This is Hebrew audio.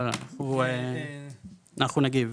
אנחנו נגיב.